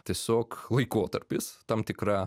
tiesiog laikotarpis tam tikra